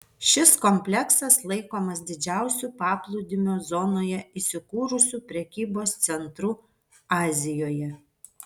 šis kompleksas laikomas didžiausiu paplūdimio zonoje įsikūrusiu prekybos centru azijoje